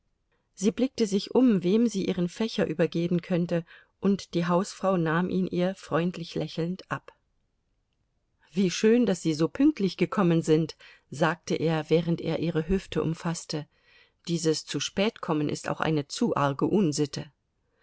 sie blickte sich um wem sie ihren fächer übergeben könnte und die hausfrau nahm ihn ihr freundlich lächelnd ab wie schön daß sie so pünktlich gekommen sind sagte er während er ihre hüfte umfaßte dieses zuspätkommen ist auch eine zu arge unsitte